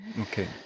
Okay